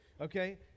okay